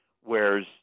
whereas